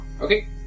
Okay